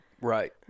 Right